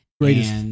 greatest